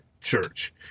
church